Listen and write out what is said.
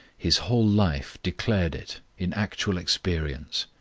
his whole life declared it in actual experience.